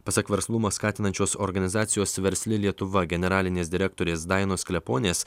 pasak verslumą skatinančios organizacijos versli lietuva generalinės direktorės dainos kleponės